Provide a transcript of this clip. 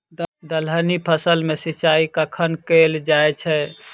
दलहनी फसल मे सिंचाई कखन कैल जाय छै?